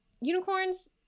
unicorns